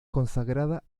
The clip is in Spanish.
consagrada